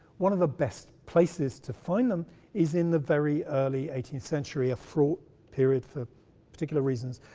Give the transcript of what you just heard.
one of the best places to find them is in the very early eighteenth century a fraught period for particular reasons.